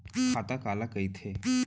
खाता काला कहिथे?